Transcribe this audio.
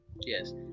Yes